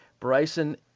Bryson